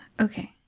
okay